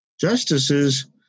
justices